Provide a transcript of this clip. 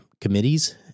committees